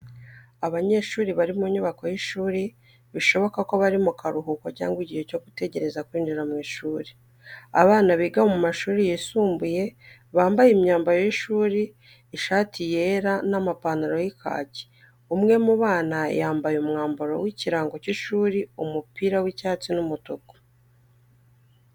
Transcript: Abanyeshuri bari mu nyubako y’ishuri, bishoboka ko bari mu karuhuko cyangwa igihe cyo gutegereza kwinjira mu ishuri. Abana biga mu mashuri yisumbuye bambaye imyambaro y’ishuri ishati yera n’amapantaro y’kaki Umwe mu bana yambaye umwambaro w’ikirango cy’ishuri umupira w’icyatsi n’umutuku.